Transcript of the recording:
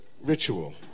ritual